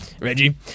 Reggie